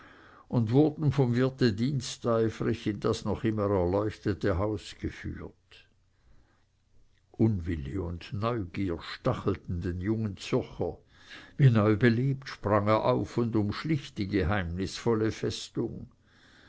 und wurden vom wirte diensteifrig in das noch immer erleuchtete haus geführt unwille und neugier stachelten den jungen zürcher wie neubelebt sprang er auf und umschlich die geheimnisvolle festung